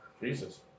Jesus